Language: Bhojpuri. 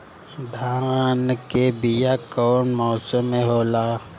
धान के बीया कौन मौसम में होला?